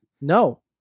No